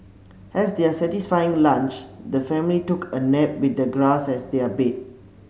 as their satisfying lunch the family took a nap with the grass as their bed